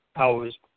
hours